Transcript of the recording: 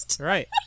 right